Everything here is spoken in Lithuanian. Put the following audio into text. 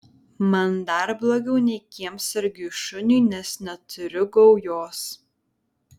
man dar blogiau nei kiemsargiui šuniui nes neturiu gaujos